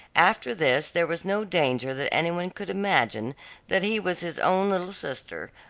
after this there was no danger that any one could imagine that he was his own little sister,